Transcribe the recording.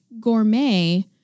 gourmet